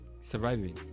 surviving